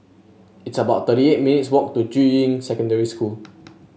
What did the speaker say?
it's about thirty eight minutes' walk to Juying Secondary School